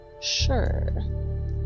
Sure